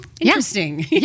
interesting